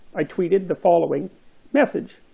i tweeted the following message